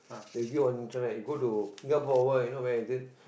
they give on internet you got to Singapore Power you know where is it